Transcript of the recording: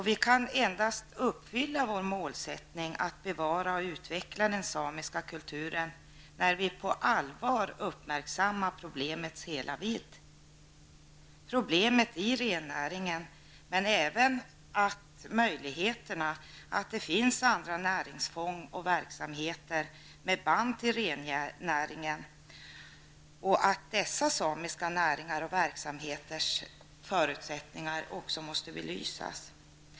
Vi kan endast uppfylla vår målsättning att bevara och utveckla den samiska kulturen när vi på allvar har uppmärksammat problemet i hela dess vidd. Ett problem är rennäringen. Det finns dock andra näringsfång och verksamheter med band till rennäringen. Dessa samiska näringars och verksamheters förutsättningar måste också belysas.